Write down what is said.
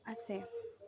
আছে